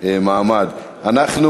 וזהו בהחלט מעמד מרגש,